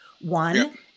One